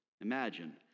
Imagine